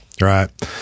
right